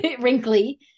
wrinkly